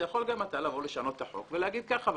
אתה יכול גם לבוא ולשנות את החוק ולהגיד ככה,